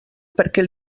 perquè